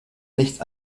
nicht